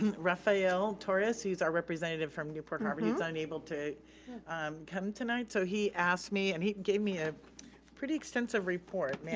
and rafael torres, he's our representative from newport harbor, he's unable to come tonight, so he asked me and he gave me a pretty extensive report. may